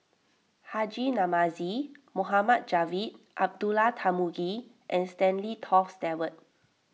Haji Namazie Mohd Javad Abdullah Tarmugi and Stanley Toft Stewart